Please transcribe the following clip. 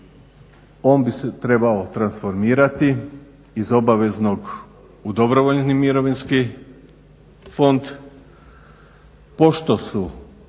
on bi se trebao transformirati iz obaveznog u dobrovoljni mirovinski fond. Pošto su